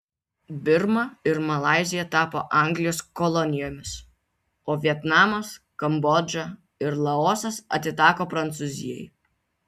birma ir malaizija tapo anglijos kolonijomis o vietnamas kambodža ir laosas atiteko prancūzijai